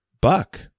Buck